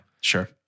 sure